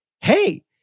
Hey